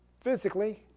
physically